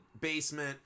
basement